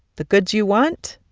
the goods you want,